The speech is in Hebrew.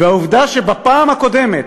והעובדה שבפעם הקודמת,